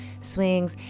swings